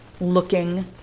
looking